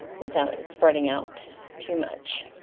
without it spreading out too much.